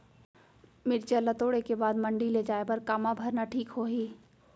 मिरचा ला तोड़े के बाद मंडी ले जाए बर का मा भरना ठीक होही?